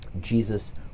Jesus